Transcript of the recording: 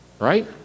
Right